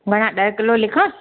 घणा ॾह किलो लिखां